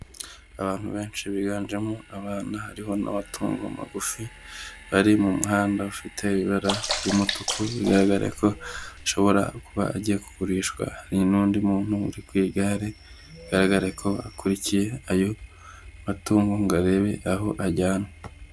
Abantu benshi biganjemo abana hariho n'abatungo magufi, bari mu muhanda ufite ibara ry'umutuku bigaragare ko ashobora kuba agiye kugurishwa, hari n'undi muntu uri ku igare bigaragare ko akurikiye ayo matungo ngo arebe aho ajyanwe.